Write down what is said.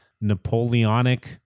Napoleonic